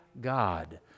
God